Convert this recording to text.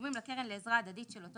ותשלומים לקרן לעזרה הדדית של אותו